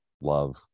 love